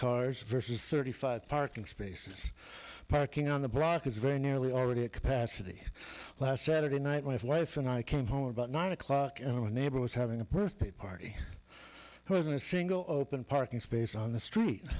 cars versus thirty five parking spaces parking on the block is very nearly already at capacity last saturday night with wife and i came home about nine o'clock in the neighbor was having a birthday party who was in a single open parking space on the street